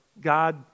God